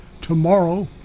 tomorrow